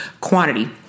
quantity